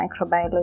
microbiology